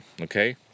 okay